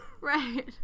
Right